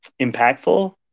impactful